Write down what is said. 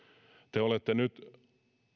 te olette nyt